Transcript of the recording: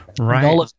Right